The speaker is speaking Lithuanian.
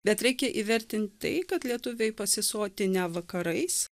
bet reikia įvertint tai kad lietuviai pasisotinę vakarais